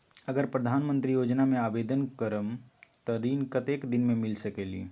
अगर प्रधानमंत्री योजना में आवेदन करम त ऋण कतेक दिन मे मिल सकेली?